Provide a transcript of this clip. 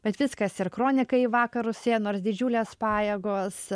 bet viskas ir kroniką į vakarus ėjo nors didžiulės pajėgos